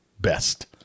Best